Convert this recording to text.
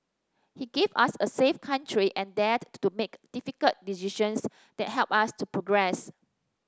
he gave us a safe country and dared to make difficult decisions that helped us to progress